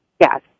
Yes